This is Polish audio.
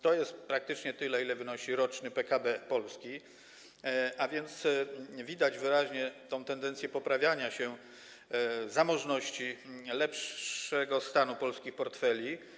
To jest praktycznie tyle, ile wynosi roczny PKB Polski, a więc wyraźnie widać tendencję do poprawiania się zamożności, lepszego stanu polskich portfeli.